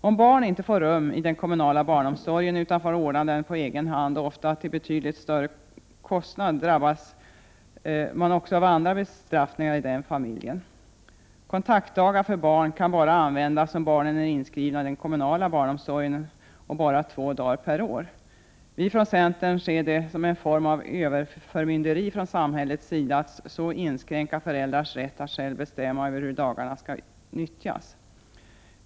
Om barn inte får rum i den kommunala barnomsorgen utan föräldrarna får ordna barnomsorgen på egen hand och ofta till betydligt större kostnad, drabbas familjen också av andra bestraffningar. Kontaktdagar för barn kan bara användas om barnen är inskrivna i den kommunala barnomsorgen och bara högst två dagar per år. Vi från centern ser det som en form av överförmynderi från samhällets sida att så inskränka föräldrarnas rätt att själva bestämma över hur dagarna skall utnyttjas.